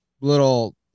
little